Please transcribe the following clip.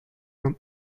from